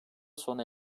sona